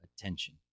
attention